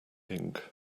ink